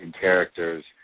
characters